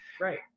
Right